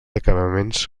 acabaments